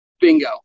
Bingo